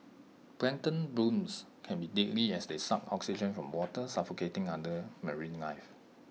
plankton blooms can be deadly as they suck oxygen from water suffocating other marine life